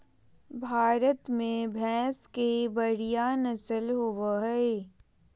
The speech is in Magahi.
भारत में भैंस के बढ़िया नस्ल होबो हइ